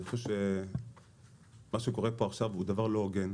אני חושב שמה שקורה פה עכשיו הוא דבר לא הוגן.